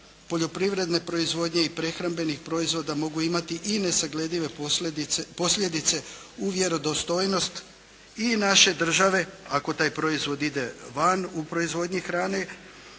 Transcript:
poljoprivredne proizvodnje i prehrambenih proizvoda mogu imati i nesagledive posljedice u vjerodostojnosti i naše države, ako taj proizvod ide van u proizvodnji hrane,